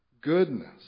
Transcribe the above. goodness